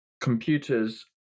computers